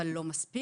אבל לא מספק.